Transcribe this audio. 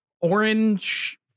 orange